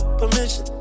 permission